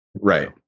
Right